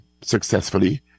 successfully